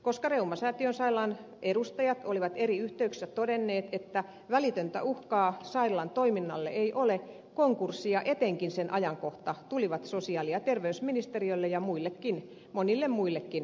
koska reumasäätiön sairaalan edustajat olivat eri yhteyksissä todenneet että välitöntä uhkaa sairaalan toiminnalle ei ole konkurssi ja etenkin sen ajankohta tulivat sosiaali ja terveysministeriölle ja monille muillekin yllätyksenä